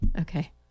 Okay